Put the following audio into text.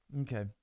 Okay